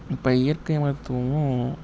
இப்போ இயற்கை மருத்துவமும்